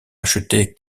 acheté